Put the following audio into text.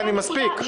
מספיק.